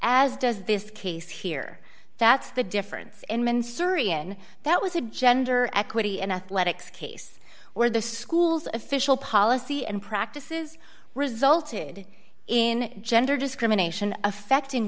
as does this case here that's the difference and sir ian that was a gender equity and athletics case where the school's official policy and practices resulted in gender discrimination affecting